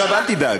אל תדאג.